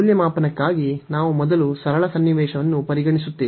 ಮೌಲ್ಯಮಾಪನಕ್ಕಾಗಿ ನಾವು ಮೊದಲು ಸರಳ ಸನ್ನಿವೇಶವನ್ನು ಪರಿಗಣಿಸುತ್ತೇವೆ